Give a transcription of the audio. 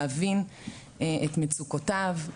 להבין את מצוקותיו,